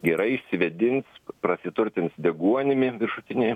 gerai išsivėdins prasiturtins deguonimi viršutiniai